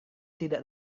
tidak